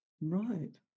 Right